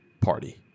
party